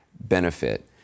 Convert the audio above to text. benefit